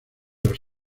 los